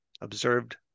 observed